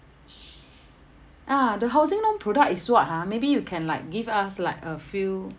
ah the housing loan product is what ah maybe you can like give us like a few